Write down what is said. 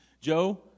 Joe